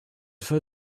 for